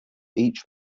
each